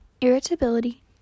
irritability